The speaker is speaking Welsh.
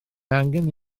angen